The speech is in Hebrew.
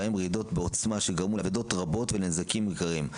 בהן רעידות רבות עוצמה שגרמו לאבדות רבות ולנזקים ניכרים.